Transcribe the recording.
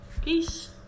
Peace